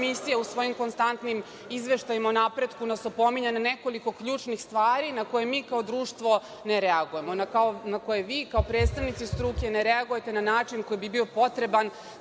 u svojim konstantnim izveštajima o napretku nas opominje na nekoliko ključnih stvari na koje mi kao društvo ne reagujemo, na koje vi kao predstavnici struke ne reagujete na način koji bi bio potreban